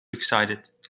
excited